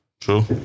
True